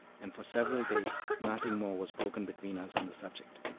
and for several days nothing more was spoken between us on the subject.